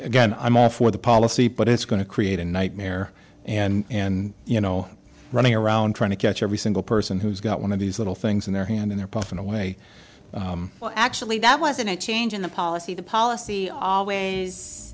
again i'm all for the policy but it's going to create a nightmare and you know running around trying to catch every single person who's got one of these little things in their hand in there puffing away well actually that wasn't a change in the policy the policy always